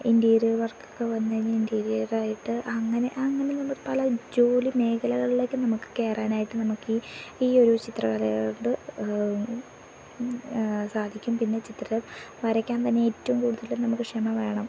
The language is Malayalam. ഇൻറ്റീര്യർ വർകൊക്കെ വന്നു കഴിഞ്ഞാൽ ഇൻറ്റീര്യർ ആയിട്ട് അങ്ങനെ അങ്ങനെ നമ്മൾ പല ജോലി മേഖലകളിലേക്കും നമുക്ക് കയറാനായിട്ട് നമുക്ക് ഈ ഈ ഒരു ചിത്രകലകൊണ്ട് സാധിക്കും പിന്നെ ചിത്രം വരയ്ക്കാൻ തന്നെ ഏറ്റവും കൂട്തലും നമുക്ക് ക്ഷമ വേണം